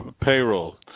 payroll